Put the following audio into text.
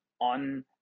on